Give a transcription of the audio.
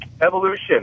evolution